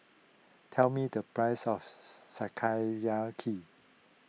tell me the price of